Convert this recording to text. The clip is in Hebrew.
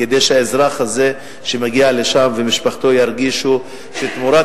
כדי שהאזרח הזה שמגיע לשם ומשפחתו ירגישו שתמורת